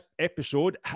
episode